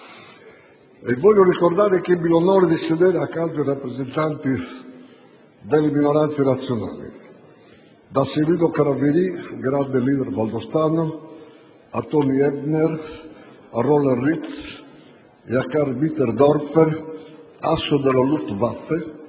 E voglio ricordare che ebbi l'onore di sedere accanto ai rappresentanti delle minoranze nazionali: da Severino Craveri, grande *leader* valdostano, a Toni Ebner, a Roland Ritz e a Karl Mitterdorfer, asso della Luftwaffe,